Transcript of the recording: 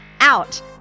out